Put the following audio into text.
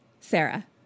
Sarah